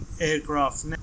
aircraft